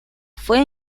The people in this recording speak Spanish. fue